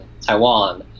Taiwan